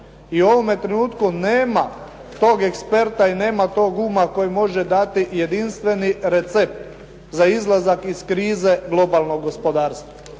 i u ovome trenutku nema toga eksperta i nema toga uma koji može dati jedinstveni recept za izlazak iz krize globalnog gospodarstva.